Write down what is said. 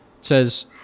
says